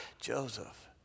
Joseph